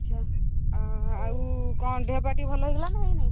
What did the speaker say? ଆଚ୍ଛା ଆଉ କ'ଣ ଦେହ ପା ଟିକେ ଭଲ ହୋଇଗଲାଣି ନା ହୋଇନି